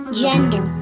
gender